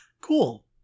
Cool